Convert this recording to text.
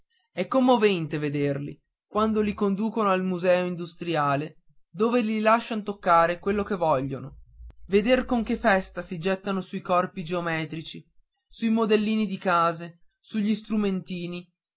è commovente vederli quando li conducono al museo industriale dove li lascian toccare quello che vogliono veder con che festa si gettano sui corpi geometrici sui modellini di case sugli strumenti